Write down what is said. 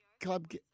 club